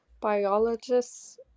biologists